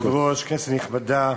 אדוני היושב-ראש, כנסת נכבדה,